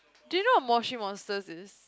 do you know what Moshi-Monsters is